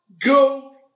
go